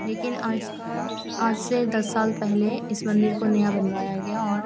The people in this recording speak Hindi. लेकिन आज आज से दस साल पहले इस मन्दिर को नया बनवाया गया और